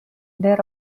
their